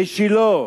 בשילה,